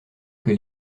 que